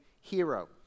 hero